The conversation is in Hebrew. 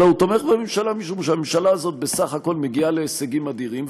אלא הוא תומך בממשלה משום שהממשלה הזאת בסך הכול מגיעה להישגים אדירים.